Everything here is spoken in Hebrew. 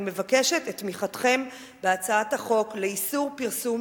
אני מבקשת את תמיכתכם בהצעת החוק לאיסור פרסום